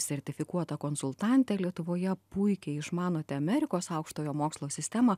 sertifikuota konsultantė lietuvoje puikiai išmanote amerikos aukštojo mokslo sistemą